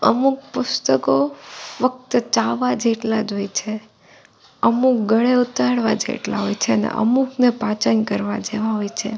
અમુક પુસ્તકો ફક્ત ચાવવા જેટલા જ હોય છે અમુક ગળે ઉતારવા જેટલા હોય છે અને અમૂકને પાચન કરવા જેવા હોય છે